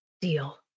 deal